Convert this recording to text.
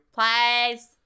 Please